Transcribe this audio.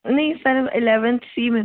नहीं sir eleventh C में हूँ